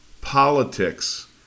politics